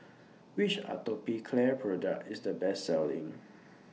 Which Atopiclair Product IS The Best Selling